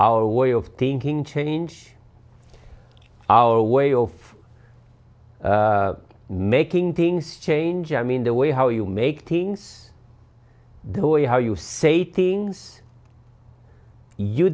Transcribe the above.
our way of thinking change our way of making things change i mean the way how you make things the way how you say things you